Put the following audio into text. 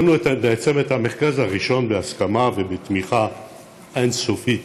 הקמנו את צוות המרכז הראשון בהסכמה ובתמיכה אין-סופית,